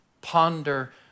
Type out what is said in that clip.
Ponder